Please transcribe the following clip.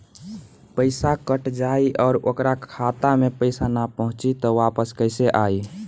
पईसा कट जाई और ओकर खाता मे ना पहुंची त वापस कैसे आई?